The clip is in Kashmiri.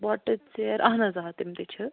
بۄٹہٕ ژیرٕ اہن حظ آ تِم تہِ چھِ